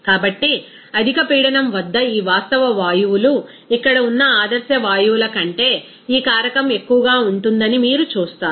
కాబట్టి అధిక పీడనం వద్ద ఈ వాస్తవ వాయువులు ఇక్కడ ఉన్న ఆదర్శ వాయువుల కంటే ఈ కారకం ఎక్కువగా ఉంటుందని మీరు చూస్తారు